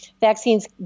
Vaccines